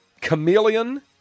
chameleon